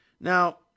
Now